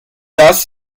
does